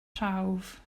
prawf